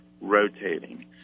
rotating